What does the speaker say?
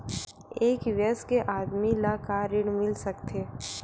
एक वयस्क आदमी ला का ऋण मिल सकथे?